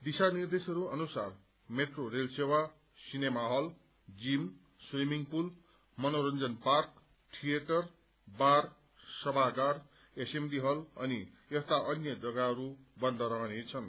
दिशा निर्देशहरू अनुसार metro rail सेवा cinema hall gym swimming pool मनोरंजन पार्क थिएटर बार सभागार एसेम्बली हत अनि यस्ता अन्य जग्गाहरू बन्द रहनेछन्